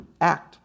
act